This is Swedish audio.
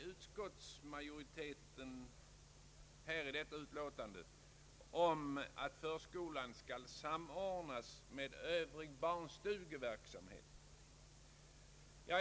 Utskottsmajoriteten nämner i utlåtandet att förskolan skall samordnas med övrig barnstugeverksamhet.